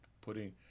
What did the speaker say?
putting